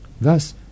Thus